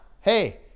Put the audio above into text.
hey